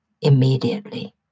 immediately